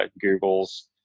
Google's